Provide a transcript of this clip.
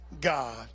God